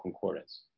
concordance